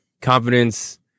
confidence